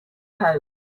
home